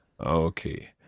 Okay